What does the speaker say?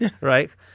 Right